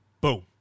boom